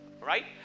right